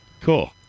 Cool